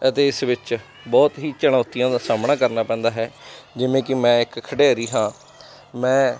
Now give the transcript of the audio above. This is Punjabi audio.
ਅਤੇ ਇਸ ਵਿੱਚ ਬਹੁਤ ਹੀ ਚੁਣੌਤੀਆਂ ਦਾ ਸਾਹਮਣਾ ਕਰਨਾ ਪੈਂਦਾ ਹੈ ਜਿਵੇਂ ਕਿ ਮੈਂ ਇੱਕ ਖਿਡਾਰੀ ਹਾਂ ਮੈਂ